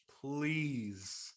please